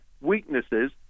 weaknesses